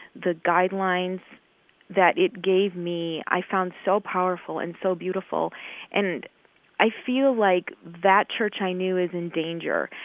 the guidelines that it gave me i found so powerful and so beautiful and i feel like that church i knew is in danger.